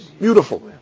Beautiful